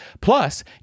Plus